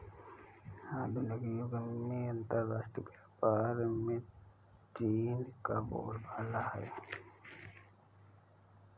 आधुनिक युग में अंतरराष्ट्रीय व्यापार में चीन का बोलबाला है